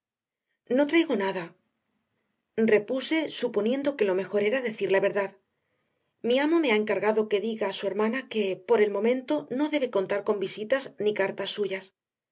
no traigo nada repuse suponiendo que lo mejor era decir la verdad mi amo me ha encargado que diga a su hermana que por el momento no debe contar con visitas ni cartas suyas